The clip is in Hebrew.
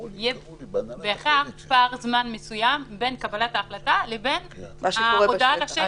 יהיה בהכרח פער זמן מסוים בין קבלת ההחלטה ובין העבודה בשטח,